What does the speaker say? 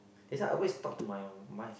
that's why I always talk to my my